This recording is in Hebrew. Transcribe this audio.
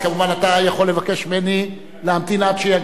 אתה יכול לבקש ממני להמתין עד שיגיע,